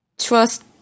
Trust